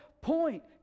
point